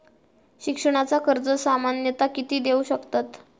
शिक्षणाचा कर्ज सामन्यता किती देऊ शकतत?